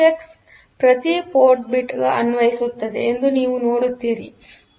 X ಪ್ರತಿ port bit ಗೆ ಅನ್ವಯಿಸುತ್ತದೆ ಎಂದು ನೀವು ನೋಡುತ್ತೀರಿ